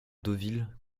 deauville